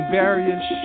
various